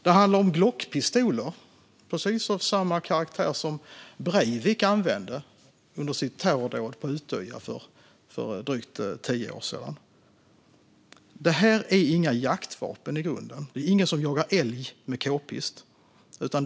Det handlar om Glockpistoler av precis samma karaktär som Breivik använde under sitt terrordåd på Utøya för drygt tio år sedan. Detta är inte i grunden några jaktvapen. Det är ingen som jagar älg med k-pist.